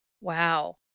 Wow